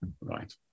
Right